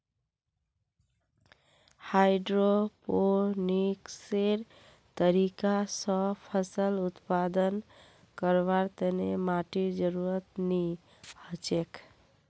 हाइड्रोपोनिक्सेर तरीका स फसल उत्पादन करवार तने माटीर जरुरत नी हछेक